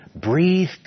Breathe